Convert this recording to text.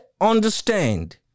understand